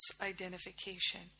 identification